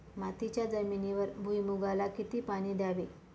मातीच्या जमिनीवर भुईमूगाला किती पाणी द्यावे?